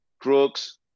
Crooks